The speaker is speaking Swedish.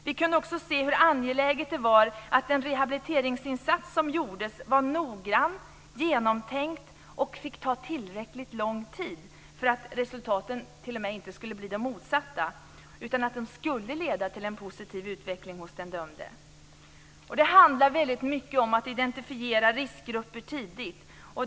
Vi kunde också se hur angeläget det var att den rehabiliteringsinsats som gjordes var noggrann, genomtänkt och fick ta tillräckligt lång tid för att resultaten inte rent av skulle bli de motsatta utan för att de skulle leda till en positiv utveckling hos den dömde. Det handlar väldigt mycket om att identifiera riskgrupper tidigt.